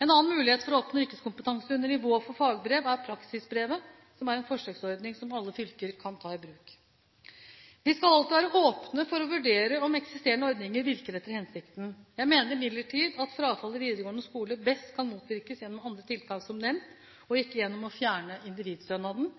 En annen mulighet for å oppnå yrkeskompetanse under nivå for fagbrev er praksisbrevet, som er en forsøksordning som alle fylker kan ta i bruk. Vi skal alltid være åpne for å vurdere om eksisterende ordninger virker etter hensikten. Jeg mener imidlertid at frafall i videregående skole best kan motvirkes gjennom andre tiltak som nevnt, og ikke gjennom å fjerne individstønaden.